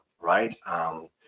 right